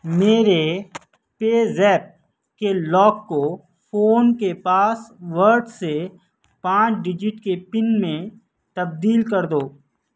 میرے PayZapp کے lock کو فون کے پاس ورڈ سے پانچ ڈجٹ کے پن میں تبدیل کر دو